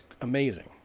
amazing